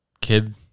kid